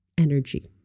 energy